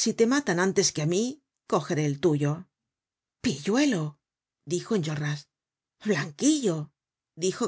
si te matan antes que á mí cogeré el tuyo pilluelo dijo enjolras blanquillo dijo